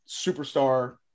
superstar